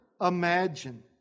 imagine